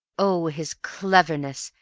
oh, his cleverness!